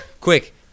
quick